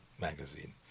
magazine